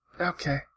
Okay